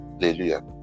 Hallelujah